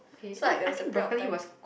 okay no I think broccoli was